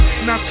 Now